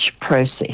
process